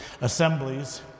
assemblies